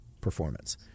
performance